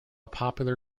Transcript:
popular